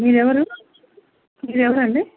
మీరు ఎవరు మీరు ఎవరు అండి